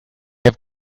have